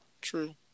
True